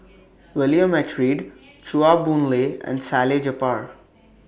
William H Read Chua Boon Lay and Salleh Japar